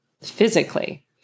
physically